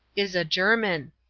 is a german.